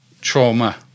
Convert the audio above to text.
trauma